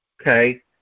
Okay